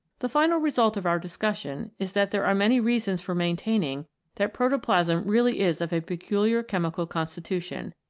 the final result of our discussion is that there are many reasons for maintaining that protoplasm really is of a peculiar chemical constitution,